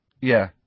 Yeah